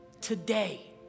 today